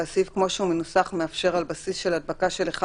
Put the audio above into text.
והסעיף כמו שהוא מנוסח מאפשר על בסיס של הדבקה של אחד